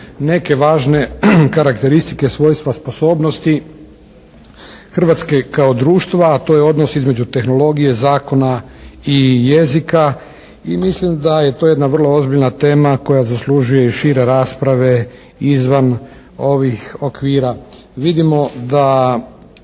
neke važne karakteristika svojstva sposobnosti Hrvatske kao društva, a to je odnos između tehnologije zakona i jezika i mislim da je to jedna vrlo ozbiljna tema koja zaslužuje i šire rasprave izvan ovih okvira. Vidimo da